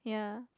yeah